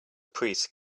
priest